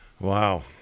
Wow